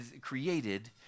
created